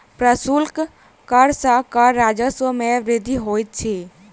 प्रशुल्क कर सॅ कर राजस्व मे वृद्धि होइत अछि